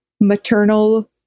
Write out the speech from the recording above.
maternal